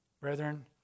Brethren